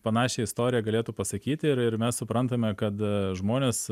panašią istoriją galėtų pasakyti ir ir mes suprantame kad žmonės